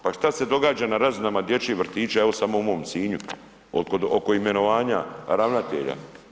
Pa šta se događa na razinama dječjih vrtića evo samo u mom Sinju oko imenovanja ravnatelja.